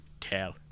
Tell